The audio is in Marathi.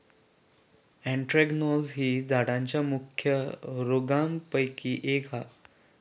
एन्थ्रेक्नोज ही झाडांच्या मुख्य रोगांपैकी एक हा